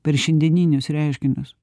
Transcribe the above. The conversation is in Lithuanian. per šiandieninius reiškinius